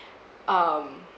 um